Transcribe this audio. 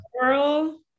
girl